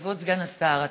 כבוד סגן השר,